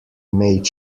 made